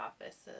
offices